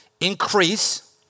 increase